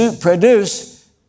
produce